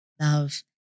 love